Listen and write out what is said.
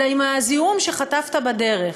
אלא מהזיהום שחטפת בדרך.